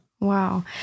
Wow